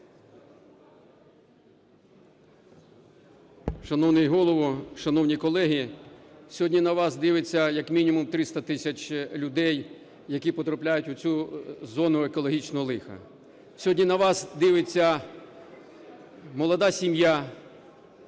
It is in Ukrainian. Шановний Голово, шановні колеги, сьогодні на вас дивиться як мінімум 300 тисяч людей, які потрапляють в цю зону екологічного лиха. Сьогодні на вас дивиться молода сім'я